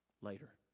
later